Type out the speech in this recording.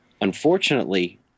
unfortunately